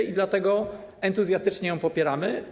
I dlatego entuzjastycznie ją popieramy.